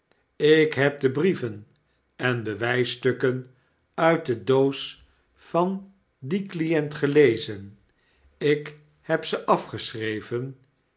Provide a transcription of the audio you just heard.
ik heb de brieven en bewijsstukken uit de doos van dien client gelezen ik heb ze afgeschreven